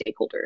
stakeholders